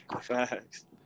Facts